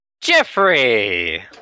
Jeffrey